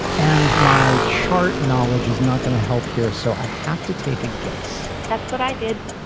and my chart knowledge is not going to help here. so i have to take a guess. that's what i did.